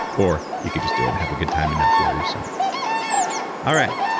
or you could just do it and have a good time and not worry so much all right.